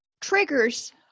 triggers